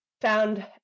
found